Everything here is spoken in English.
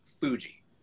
Fuji